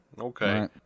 Okay